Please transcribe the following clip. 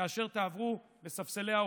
כאשר תעברו לספסלי האופוזיציה,